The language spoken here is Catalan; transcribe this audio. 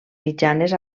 mitjanes